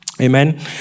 Amen